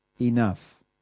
enough